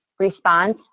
Response